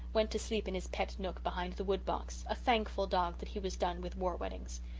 went to sleep in his pet nook behind the woodbox, a thankful dog that he was done with war-weddings.